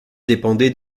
dépendait